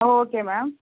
okay ma'am